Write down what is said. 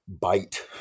bite